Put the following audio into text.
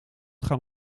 gaan